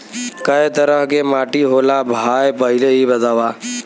कै तरह के माटी होला भाय पहिले इ बतावा?